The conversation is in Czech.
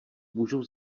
můžou